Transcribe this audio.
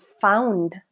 found